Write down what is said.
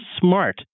smart